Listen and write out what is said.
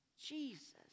Jesus